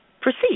proceed